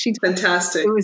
Fantastic